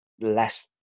less